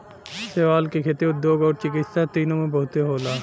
शैवाल क खेती, उद्योग आउर चिकित्सा तीनों में बहुते होला